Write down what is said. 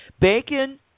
Bacon